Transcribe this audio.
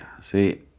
See